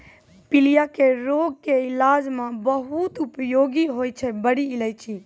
पीलिया के रोग के इलाज मॅ बहुत उपयोगी होय छै बड़ी इलायची